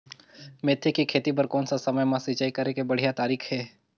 मेथी के खेती बार कोन सा समय मां सिंचाई करे के बढ़िया तारीक हे?